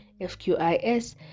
fqis